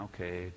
okay